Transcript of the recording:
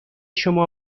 شما